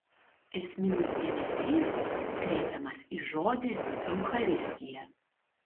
esminis dėmesys kreipiamas į žodį eucharistija